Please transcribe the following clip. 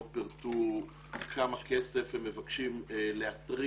לא פירטו כמה כסף הם מבקשים להתרים,